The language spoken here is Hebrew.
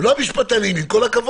הם לא משפטנים, עם כל הכבוד.